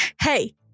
Hey